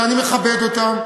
ואני מכבד אותם,